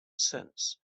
sense